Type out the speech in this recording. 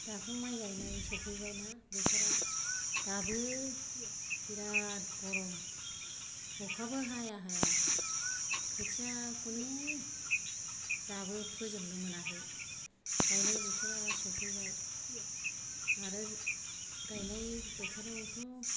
दाथ' माइ गायनाय सौफैबाय ना बोथोरा दाबो बिरात गरम अखाबो हाया हाया खोथियाखौनो दाबो फोजोबनो मोनाखौ गायनाय बोथोरा सफैबाय आरो गायनाय बोथोरावथ'